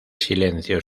silencio